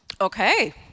okay